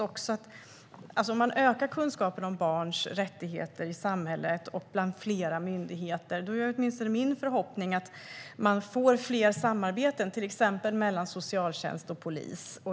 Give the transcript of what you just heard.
Om man ökar kunskapen om barns rättigheter i samhället och hos flera myndigheter är det min förhoppning att man får fler samarbeten, till exempel mellan socialtjänst och polis.